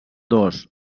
dos